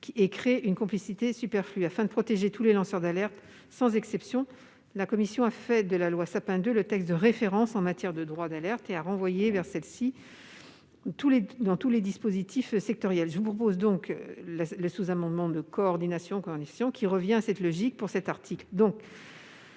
et crée une complexité superflue. Afin de protéger tous les lanceurs d'alerte sans exception, la commission a fait de la loi Sapin II le texte de référence en matière de droit d'alerte et a renvoyé vers celle-ci tous les dispositifs sectoriels. C'est pourquoi nous avons déposé ce sous-amendement de coordination avec cette logique générale,